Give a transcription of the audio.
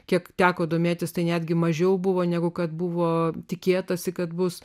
kiek teko domėtis tai netgi mažiau buvo negu kad buvo tikėtasi kad bus